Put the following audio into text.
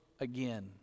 again